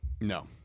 No